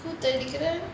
தெரியல:teriyala